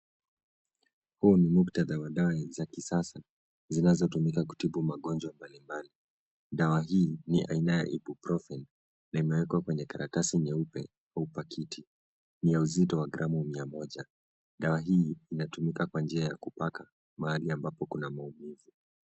Huu ni muktadha wa dawa za kisasa zinazotumika kutibu magonjwa mbali mbali. Dawa hii ni aina ya epukrofin na imewekwa kwenye karatasi nyeupe au pakiti. Ni ya uzito wa gramu mia moja. Dawa hii inatumika kwa kupaka mahali ambapo kuna maumivu.